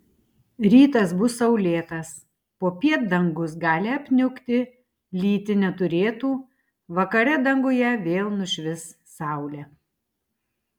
rytas bus saulėtas popiet dangus gali apniukti lyti neturėtų vakare danguje vėl nušvis saulė